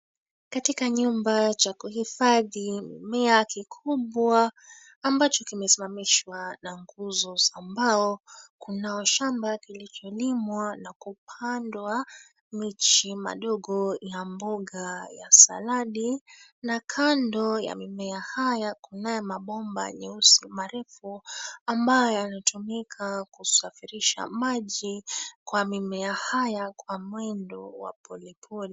Katika nyumba cha kuhifadhi mimea kikubwa ambacho kimesimamishwa na nguzo za mbao kunao shamba kilicholimwa na kupandwa michi midogo ya mboga ya saladi na kando ya mimea haya kunaye mabomba nyusi marefu ambayo yanatumika kusafirisha maji kwa mimea haya kwa mwendo wa polepole.